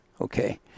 okay